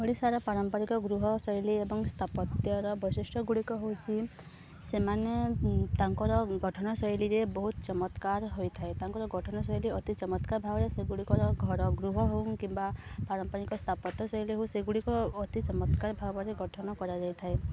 ଓଡ଼ିଶାର ପାରମ୍ପାରିକ ଗୃହ ଶୈଳୀ ଏବଂ ସ୍ଥାପତ୍ୟର ବୈଶିଷ୍ଟ୍ୟଗୁଡ଼ିକ ହେଉଛି ସେମାନେ ତାଙ୍କର ଗଠନଶୈଳୀରେ ବହୁତ ଚମତ୍କାର ହୋଇଥାଏ ତାଙ୍କର ଗଠନଶୈଳୀ ଅତି ଚମତ୍କାର ଭାବରେ ସେଗୁଡ଼ିକର ଘର ଗୃହ ହେଉ କିମ୍ବା ପାରମ୍ପରିକ ସ୍ଥାପତ୍ୟ ଶୈଳୀ ହେଉ ସେଗୁଡ଼ିକ ଅତି ଚମତ୍କାର ଭାବରେ ଗଠନ କରାଯାଇଥାଏ